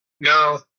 No